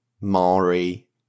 Mari